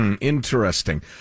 interesting